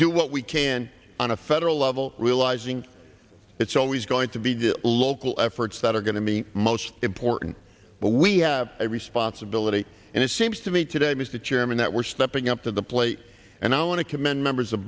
do what we can on a federal level realizing it's always going to be do local efforts that are going to meet most important but we have a responsibility and it seems to me today mr chairman that we're stepping up to the plate and i want to commend members of